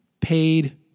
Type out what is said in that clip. paid